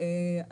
לא.